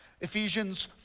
Ephesians